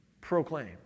proclaim